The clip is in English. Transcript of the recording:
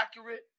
accurate